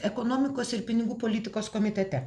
ekonomikos ir pinigų politikos komitete